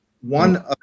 one